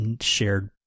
shared